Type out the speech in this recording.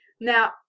Now